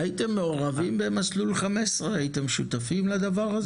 הייתם מעורבים במסלול 15, הייתם שותפים לדבר הזה?